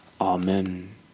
Amen